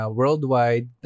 worldwide